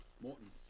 Morton